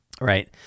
right